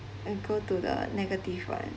uh go to the negative one